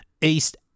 east